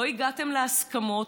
לא הגעתם להסכמות.